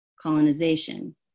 colonization